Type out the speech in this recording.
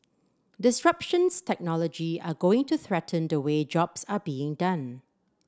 disruptions technology are going to threaten the way jobs are being done